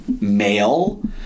male